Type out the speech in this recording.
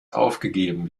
aufgegeben